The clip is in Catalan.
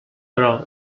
però